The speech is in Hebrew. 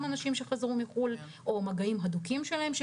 אנשים שחזרו מחו"ל או מגעים הדוקים שלהם,